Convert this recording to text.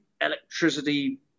electricity